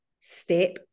step